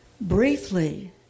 briefly